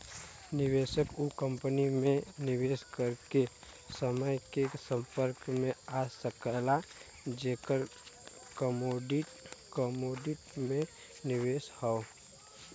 निवेशक उ कंपनी में निवेश करके समान के संपर्क में आ सकला जेकर कमोडिटी में निवेश हौ